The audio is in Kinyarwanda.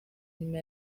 nyuma